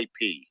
IP